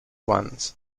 ones